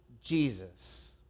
Jesus